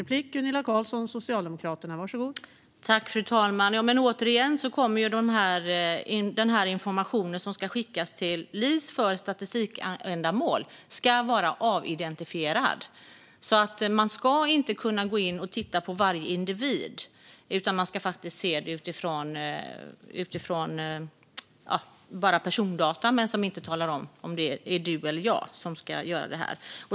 Fru talman! Återigen: Den information som ska skickas till LIS för statistikändamål ska vara avidentifierad. Man ska inte kunna gå in och titta på varje individ, utan man ska se bara persondata som inte berättar om det är du eller jag som gör detta.